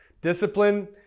discipline